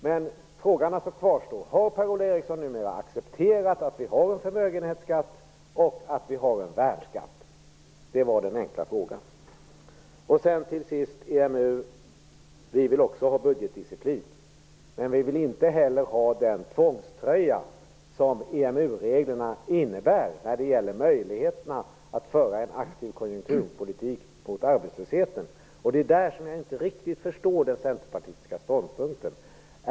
Men frågan kvarstår: Har Per Ola Eriksson numera accepterat att vi har en förmögenhetsskatt och att vi har en värnskatt? Det var den enkla frågan. Till sist kommer jag till EMU. Vi vill också ha budgetdisciplin. Men vi vill inte ha den tvångströja som EMU-reglerna innebär när det gäller möjligheterna att föra en aktiv konjunkturpolitik mot arbetslösheten. Det är där jag inte riktigt förstår den centerpartistiska ståndpunkten.